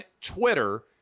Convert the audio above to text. Twitter